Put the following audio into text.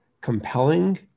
compelling